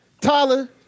Tyler